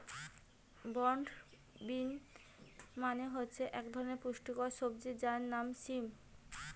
broad bean মানে হচ্ছে এক ধরনের পুষ্টিকর সবজি যার নাম সিম